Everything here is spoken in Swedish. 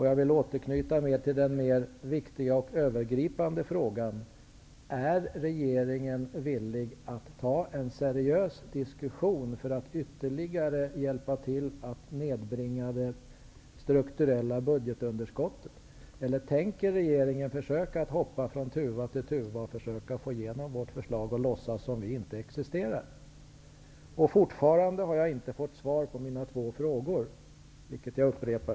Jag vill återknyta mer till den viktiga och övergripande frågan: Är regeringen villig att ta en seriös diskussion för att ytterligare hjälpa till att nedbringa det strukturella budgetunderskottet, eller tänker regeringen försöka att hoppa från tuva till tuva för att få igenom vårt förslag och låtsas som om vi inte existerar? Jag har fortfarande inte fått svar på mina två frågor, vilket jag upprepar.